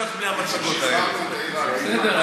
בסדר.